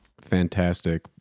Fantastic